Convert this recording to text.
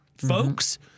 Folks